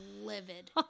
livid